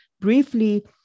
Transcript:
briefly